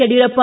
Yediyurappa